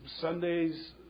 Sundays